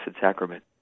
Sacrament